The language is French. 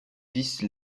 vices